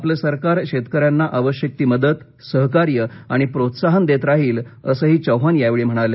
आपलं सरकार शेतकऱ्यांना आवश्यक ती मदत सहकार्य आणि प्रोत्साहन देत राहील असंही चौहान यावेळी म्हणाले